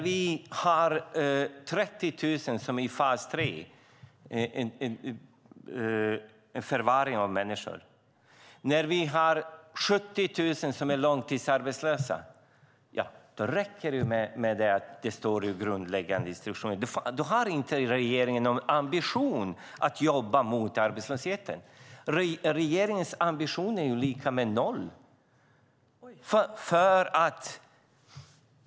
Vi har 30 000 som är i fas 3, som är en förvaring av människor. Vi har 70 000 som är långtidsarbetslösa. Då räcker det med att det står i den grundläggande instruktionen. Regeringen har inte någon ambition att jobba mot arbetslösheten. Regeringens ambition är lika med noll.